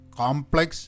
complex